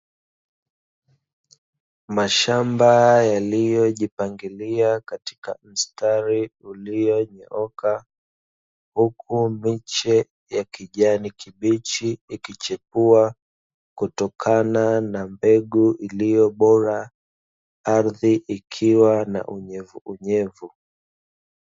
Mashamba yaliyojipangilia katika mstari ulionyooka, huku miche ya kijani kibichi ikichepua kutokana na mbegu iliyo bora; ardhi ikiwa na unyevuunyevu.